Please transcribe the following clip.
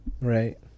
Right